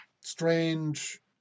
strange